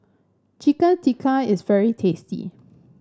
Chicken Tikka is very tasty